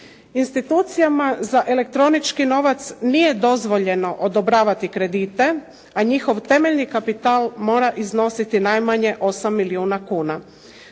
Institucijama za elektronički novac nije dozvoljeno odobravati kredite, a njihov temeljni kapital mora iznositi najmanje 8 milijuna kuna.